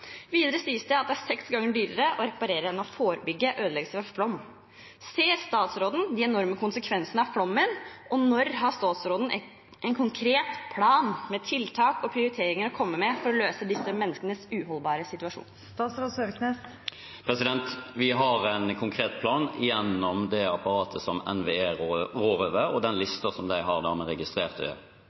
Videre sies det at det er seks ganger dyrere å reparere enn å forebygge ødeleggelser av flom. Ser statsråden de enorme konsekvensene av flommen, og når har statsråden en konkret plan med tiltak og prioriteringer å komme med, for å løse disse menneskenes uholdbare situasjon? Vi har en konkret plan gjennom det apparatet som NVE rår over, og den listen som de har med registrerte sikringstiltak, på 2,7 mrd. kr. Den jobber man seg målrettet gjennom, i